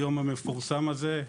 היום המפורסם הזה,